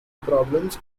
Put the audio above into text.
problems